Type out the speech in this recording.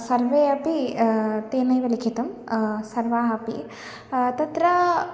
सर्वे अपि तेनैव लिखितं सर्वाः अपि तत्र